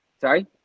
sorry